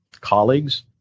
colleagues